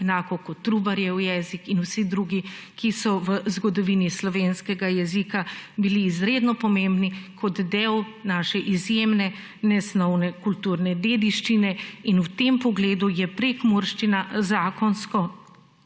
enako kot Trubarjev jezik in vsi drugi, ki so v zgodovini slovenskega jezika bili izredno pomembni kot del naše izjemne nesnovne kulturne dediščine in v tem pogledu je prekmurščina zakonsko